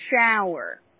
shower